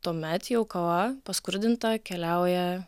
tuomet jau kava paskrudinta keliauja